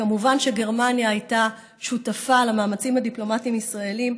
כמובן שגרמניה הייתה שותפה במאמצים הדיפלומטיים הישראליים